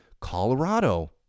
Colorado